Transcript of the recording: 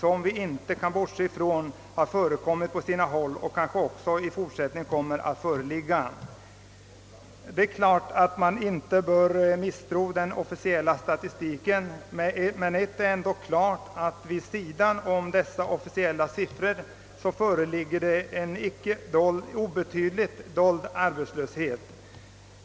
Vi kan inte bortse från att en sådan har förekommit på sina håll och att det även i framtiden kan bli sysselsättningssvårigheter. Man bör inte misstro den officiella statistiken, men vi vet att det finns en inte obetydlig dold arbetslöshet.